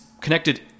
connected